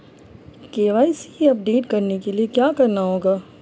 KYC update करने के लिए क्या करना होगा?